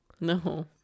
No